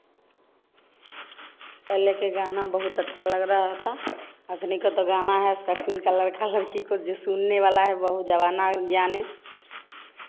पहले के गाना बहुत अच्छा लग रहा था अग्ने का तो गाना है सखनी का लड़का लड़की को जो सुनने वाला है बहुत ज़माना ज्ञाने